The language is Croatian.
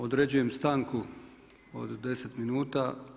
Određujem stanku od 10 minuta.